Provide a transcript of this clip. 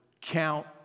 count